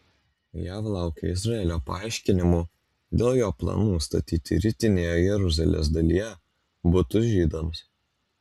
jav laukia izraelio paaiškinimų dėl jo planų statyti rytinėje jeruzalės dalyje butus žydams